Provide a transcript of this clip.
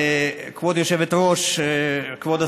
היושבת-ראש גם פוליטי,